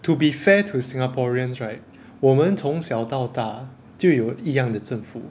to be fair to singaporeans right 我们从小到大就有一样的政府